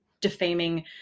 defaming